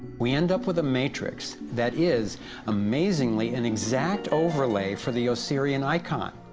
we end up with a matrix, that is amazingly an exact overlay for the osirian icon,